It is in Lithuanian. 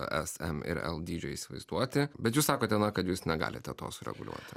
s m ir l dydžio įsivaizduoti bet jūs sakote na kad jūs negalite to sureguliuoti